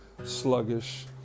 sluggish